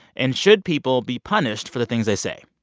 and should people be punished for the things they say?